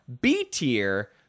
B-tier